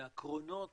והקרונות